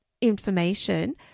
information